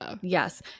yes